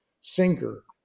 sinker